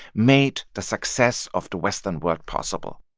made the success of the western world possible.